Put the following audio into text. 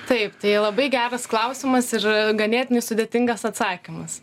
taip tai labai geras klausimas ir ganėtinai sudėtingas atsakymas